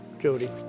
Jody